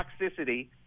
toxicity